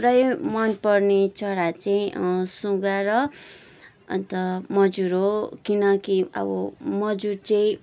प्रायः मन पर्ने चरा चाहिँ सुगा र अन्त मजुर हो किनकि अब मजुर चाहिँ